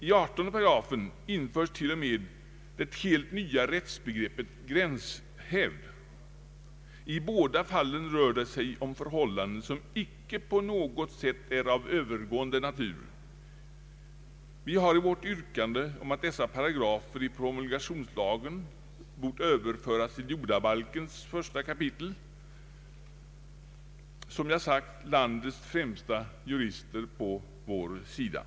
I 18 § införs till och med det helt nya rättsbegreppet gränshävd. I båda fallen rör det sig om förhållanden som icke på något sätt är av övergångsnatur. Vi har i vårt yrkande om att dessa paragrafer i promulgationslagen bort överföras till jordabalkens 1 kapitel, som jag sagt, landets främsta jurister på vår sida.